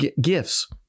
gifts